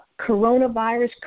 coronavirus